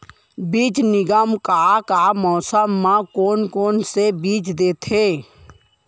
बीज निगम का का मौसम मा, कौन कौन से बीज देथे?